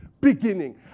beginning